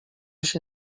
się